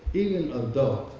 even adults.